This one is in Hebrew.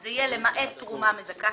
וזה יהיה למעט תרומה מזכה.